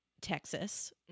Texas